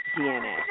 DNA